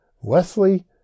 Wesley